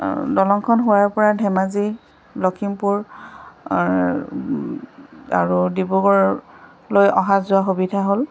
দলংখন হোৱাৰ পৰা ধেমাজি লখিমপুৰ আৰু ডিব্ৰুগড়লৈ অহা যোৱা সুবিধা হ'ল